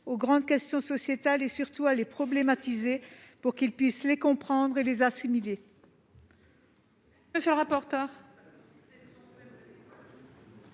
aux grandes questions sociétales et, surtout, de les problématiser pour qu'ils puissent les comprendre et les assimiler.